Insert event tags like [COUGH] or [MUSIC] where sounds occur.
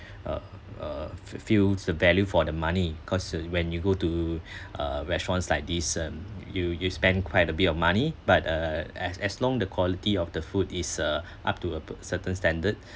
uh uh f~ feels the value for the money cause uh when you go to uh restaurants like this and you you spend quite a bit of money but uh as as long the quality of the food is uh up to a certain standard [BREATH]